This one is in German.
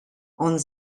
und